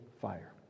fire